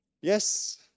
yes